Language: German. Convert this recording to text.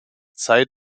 zeit